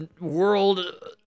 World